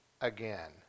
again